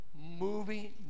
moving